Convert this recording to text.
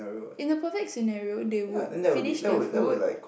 in a perfect scenario they would finish their food